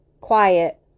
quiet